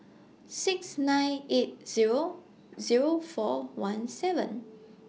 six nine eight Zero Zero four one seven